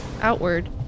outward